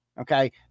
Okay